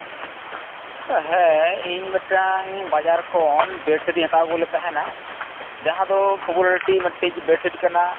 ᱦᱮᱸ ᱤᱧ ᱢᱤᱫᱴᱟᱝ ᱵᱟᱡᱟᱨ ᱠᱷᱚᱱ ᱵᱮᱰᱥᱤᱴ ᱤᱧ ᱦᱟᱛᱟᱣ ᱟᱹᱜᱩ ᱞᱮᱜ ᱛᱟᱦᱮᱱᱟ ᱡᱟᱦᱟᱸ ᱫᱚ ᱯᱳᱯᱩᱞᱟᱨᱴᱤ ᱢᱤᱫᱴᱤᱡ ᱵᱮᱰᱥᱤᱴ ᱠᱟᱱᱟ